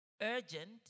Urgent